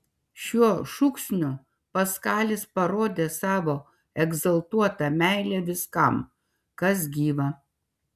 šiuo šūksniu paskalis parodė savo egzaltuotą meilę viskam kas gyva